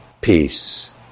peace